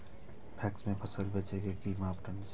PACS में फसल बेचे के कि मापदंड छै?